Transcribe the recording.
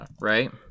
right